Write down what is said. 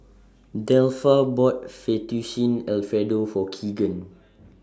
Delpha bought Fettuccine Alfredo For Kegan